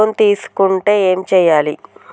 Loan తీసుకుంటే ఏం కావాలి?